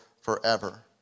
forever